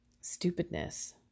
stupidness